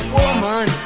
woman